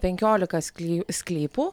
penkiolika skly sklypų